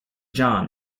john